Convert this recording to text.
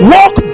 Walk